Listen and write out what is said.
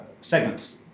segments